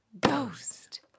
Ghost